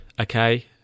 okay